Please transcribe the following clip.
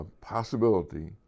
possibility